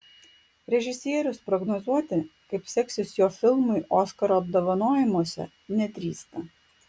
režisierius prognozuoti kaip seksis jo filmui oskaro apdovanojimuose nedrįsta